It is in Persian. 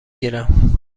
گیرم